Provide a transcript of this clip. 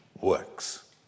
works